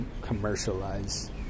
commercialize